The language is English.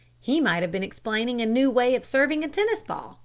he might have been explaining a new way of serving a tennis ball,